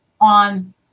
on